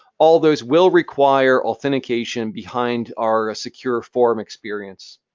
all those will require authentication behind our secure form experience.